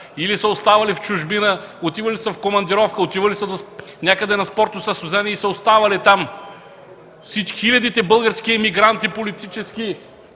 или са оставали в чужбина, отивали са в командировка, отивали са някъде на спортно състезание и са оставали там. Хилядите български политически